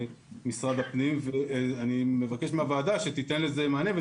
משרד הפנים ואני מבקש מהוועדה שתיתן לזה מענה.